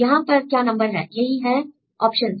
यहां पर क्या नंबर है यही हैं ऑप्शनस